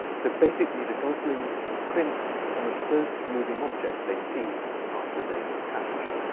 so basically, the goslings imprint on the first moving object they see after they've hatched.